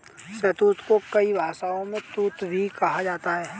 शहतूत को कई भाषाओं में तूत भी कहा जाता है